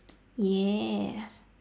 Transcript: yes